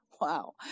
wow